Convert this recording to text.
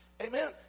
Amen